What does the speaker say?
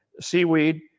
seaweed